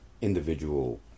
individual